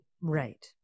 right